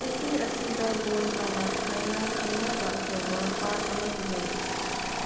city ꯑꯁꯤꯗ ꯒꯣꯟ ꯇꯂꯥꯞ ꯍꯥꯏꯅ ꯈꯪꯅꯕ ꯑꯆꯧꯕ ꯄꯥꯠ ꯑꯃꯁꯨ ꯂꯩꯔꯤ